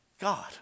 God